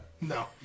No